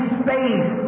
space